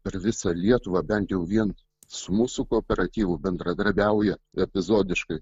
per visą lietuvą bent jau vien su mūsų kooperatyvu bendradarbiauja epizodiškai